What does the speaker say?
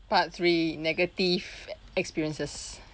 part three negative experiences